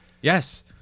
Yes